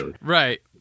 right